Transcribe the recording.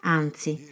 anzi